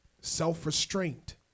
self-restraint